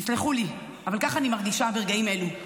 תסלחו לי, אבל ככה אני מרגישה ברגעים אלה.